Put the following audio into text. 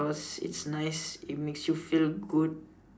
cause it's nice it makes you feel good